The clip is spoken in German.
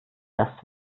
das